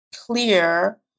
clear